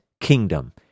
kingdom